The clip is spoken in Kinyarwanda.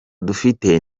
dufite